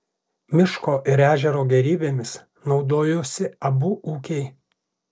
miško ir ežero gėrybėmis naudojosi abu ūkiai